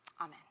Amen